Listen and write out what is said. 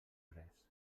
res